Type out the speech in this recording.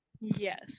Yes